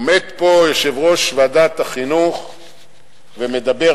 עומד פה יושב-ראש ועדת החינוך ומדבר,